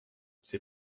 c’est